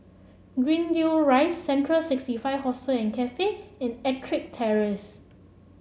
Greendale Rise Central sixty five Hostel Cafe and EttricK Terrace